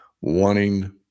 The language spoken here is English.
wanting